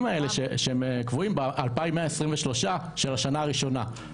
האלה שקבועים ב-2,123 של השנה הראשונה.